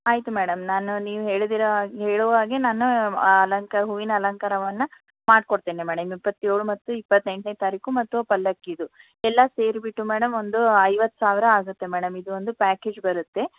ಆಯಿತು ಮೇಡಮ್ ನಾನು ನೀವು ಹೇಳಿದಿರಾ ಹೇಳೋ ಹಾಗೆ ನಾನು ಅಲಂಕಾರ ಹೂವಿನ ಅಲಂಕಾರವನ್ನು ಮಾಡಿಕೊಡ್ತೇನೆ ಮೇಡಮ್ ಇಪ್ಪತ್ತೇಳು ಮತ್ತು ಇಪ್ಪತೆಂಟನೇ ತಾರೀಖು ಮತ್ತು ಪಲ್ಲಕ್ಕಿದು ಎಲ್ಲ ಸೇರಿಬಿಟ್ಟು ಮೇಡಮ್ ಒಂದು ಐವತ್ತು ಸಾವಿರ ಆಗತ್ತೆ ಮೇಡಮ್ ಇದು ಒಂದು ಪ್ಯಾಕೇಜ್ ಬರತ್ತೆ